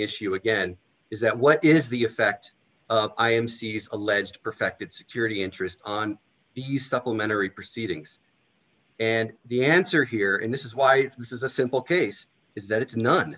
issue again is that what is the effect of i m c s alleged perfected security interest on the supplementary proceedings and the answer here in this is why this is a simple case is that it's no